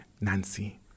nancy